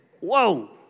Whoa